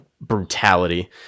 brutality